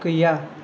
गैया